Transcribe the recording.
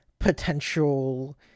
potential